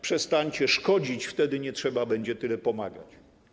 Przestańcie szkodzić, wtedy nie trzeba będzie tyle pomagać.